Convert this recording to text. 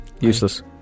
Useless